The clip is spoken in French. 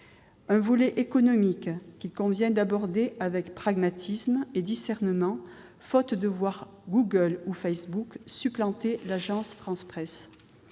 un volet économique qu'il convient d'aborder avec pragmatisme et discernement, faute de quoi on risque de voir Google ou Facebook supplanter l'Agence France-Presse